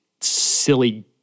silly